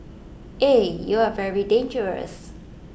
eh you are very dangerous